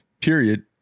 Period